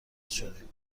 شدین